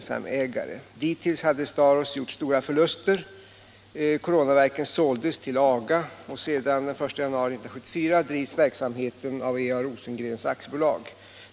Samtidigt pågår Nr 130 Nykroppa.